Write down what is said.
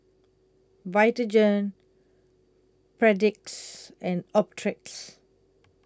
Vitagen Perdix and Optrex